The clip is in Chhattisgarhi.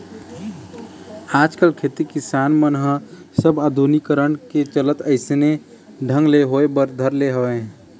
आजकल खेती किसानी मन ह सब आधुनिकीकरन के चलत अइसने ढंग ले होय बर धर ले हवय